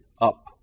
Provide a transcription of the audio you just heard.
up